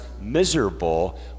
miserable